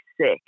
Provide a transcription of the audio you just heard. sick